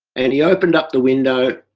and he opened up the window,